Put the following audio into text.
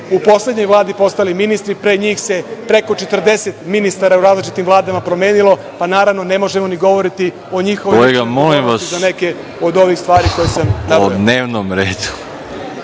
u poslednjoj Vladi postali ministri, a pre njih se preko 40 ministara u različitim vladama promenilo, pa naravno da ne možemo govoriti o njihovoj…(Predsedavajući: Kolega, molim vas o dnevnom redu.